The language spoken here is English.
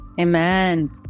Amen